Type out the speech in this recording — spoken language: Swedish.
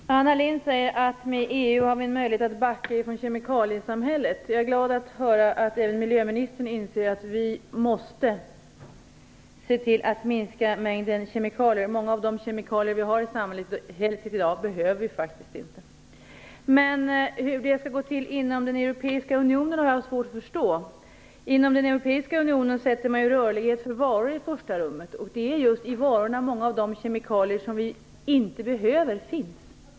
Fru talman! Anna Lindh sade att vi genom EU har en möjlighet att backa från kemikaliesamhället. Jag är glad att höra att även miljöministern inser att vi måste se till att mängden kemikalier minskas. Många av de kemikalier som vi i dag har i samhället behövs faktiskt inte. Men hur detta skall gå till inom den europeiska unionen har jag svårt att förstå. Inom den europeiska unionen sätter man rörlighet för varor i första rummet, och det är just i varorna som många av de kemikalier som vi inte behöver finns.